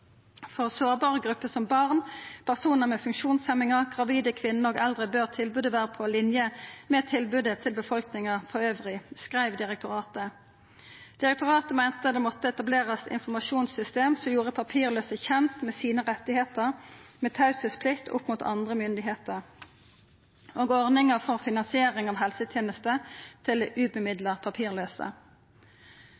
sårbare grupper som barn, personer med funksjonshemninger, gravide kvinner og eldre bør tilbudet være på linje med tilbudet til befolkningen for øvrig», skreiv direktoratet. Direktoratet meinte at det måtte etablerast eit informasjonssystem som gjorde papirlause kjende med kva rettar dei har, med teieplikt opp mot andre myndigheiter, og ordningar for finansiering av helsetenester til